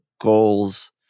goals